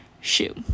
shoe